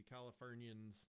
Californians